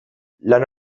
lan